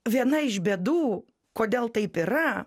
viena iš bėdų kodėl taip yra